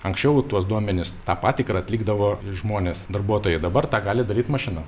anksčiau tuos duomenis tą patikrą atlikdavo žmonės darbuotojai dabar tą gali daryt mašina